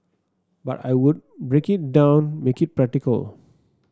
but I would break it down make it practical